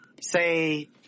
say